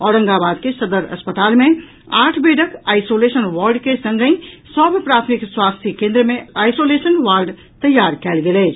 औरंगाबाद के सदर अस्पताल मे आठ बेडक आईसोलेशन वार्ड के संगहि सभ प्राथमिक स्वास्थ्य केन्द्र मे आईसोलेशन वार्ड तैयार कयल गेल अछि